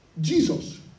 Jesus